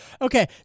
Okay